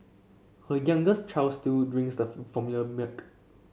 her youngest child still drinks the for formula milk